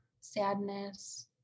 sadness